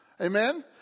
Amen